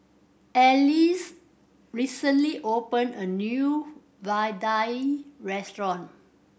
Alease recently opened a new vadai restaurant